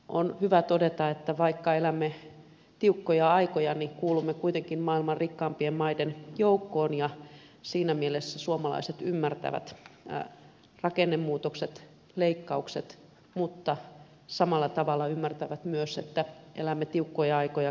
on hyvä todeta että vaikka elämme tiukkoja aikoja niin kuulumme kuitenkin maailman rikkaimpien maiden joukkoon ja siinä mielessä suomalaiset ymmärtävät rakennemuutokset leikkaukset mutta samalla tavalla ymmärtävät myös että elämme tiukkoja aikoja kehitysyhteistyörahojen osalta